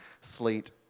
Slate